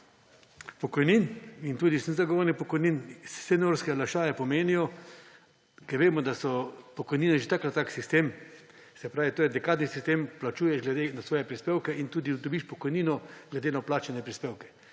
pokojnin in tudi sem zagovornik pokojnin, seniorske olajšave pomenijo – vemo, da so pokojnine že tako ali tako sistem, to je dekadni sistem, plačuješ glede na svoje prispevke in tudi dobiš pokojnino glede na plačane prispevke.